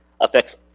affects